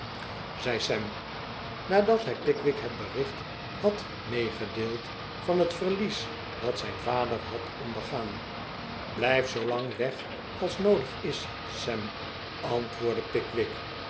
zei sam nadat hij pickwick het bericht had meegedeeld van het verlies dat zijn vader had ondergaan biijf zoolang weg als noodig is sam antwoordde pickwick